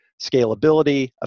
scalability